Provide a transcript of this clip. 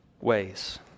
ways